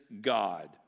God